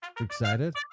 Excited